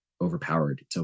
overpowered